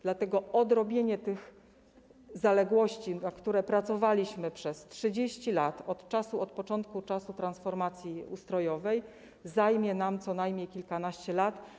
Dlatego odrobienie tych zaległości, na które pracowaliśmy przez 30 lat od czasu, od początku czasu transformacji ustrojowej, zajmie nam co najmniej kilkanaście lat.